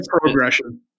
progression